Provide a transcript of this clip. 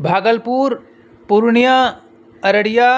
بھاگل پور پورنیہ ارریہ